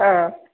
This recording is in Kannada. ಹಾಂ